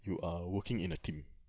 you are working in a team